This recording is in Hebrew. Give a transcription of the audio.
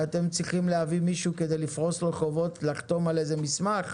ואתם צריכים להביא מישהו כדי לפרוס לו חובות ולחתום על איזה מסמך?